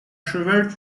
cheval